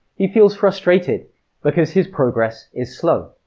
he feels frustrated because his progress is slow.